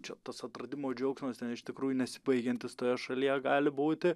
čia tas atradimo džiaugsmas ten iš tikrųjų nesibaigiantis toje šalyje gali būti